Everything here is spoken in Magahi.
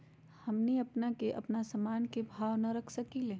हमनी अपना से अपना सामन के भाव न रख सकींले?